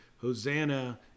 Hosanna